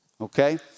okay